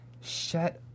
shut